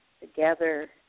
together